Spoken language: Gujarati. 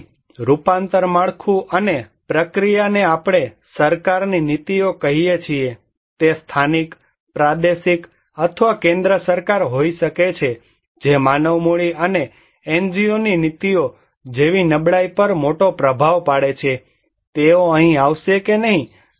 તેથી રૂપાંતર માળખું અને પ્રક્રિયાને આપણે સરકારની નીતિઓ કહીએ છીએ તે સ્થાનિક પ્રાદેશિક અથવા કેન્દ્ર સરકાર હોઈ શકે છે જે માનવ મૂડી અને એનજીઓની નીતિઓ જેવી નબળાઈઓ પર મોટો પ્રભાવ પાડે છે તેઓ અહીં આવશે કે નહીં